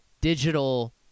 digital